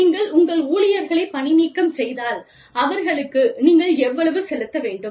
நீங்கள் உங்கள் ஊழியர்களை பணிநீக்கம் செய்தால் அவர்களுக்கு நீங்கள் எவ்வளவு செலுத்த வேண்டும்